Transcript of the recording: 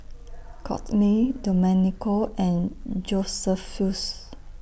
Kortney Domenico and Josephus